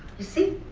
you see,